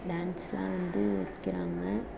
டான்ஸெலாம் வந்து வைக்கிறாங்க